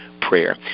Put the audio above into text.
prayer